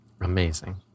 Amazing